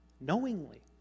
knowingly